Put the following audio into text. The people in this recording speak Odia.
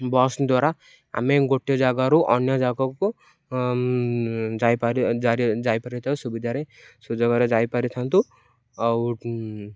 ବସ୍ ଦ୍ୱାରା ଆମେ ଗୋଟିଏ ଜାଗାରୁ ଅନ୍ୟ ଜାଗାକୁ ଯାଇପାର ଯାଇପାରିଥିବା ସୁବିଧାରେ ସୁଯୋଗାରେ ଯାଇପାରିଥାନ୍ତୁ ଆଉ